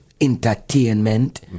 entertainment